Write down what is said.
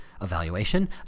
evaluation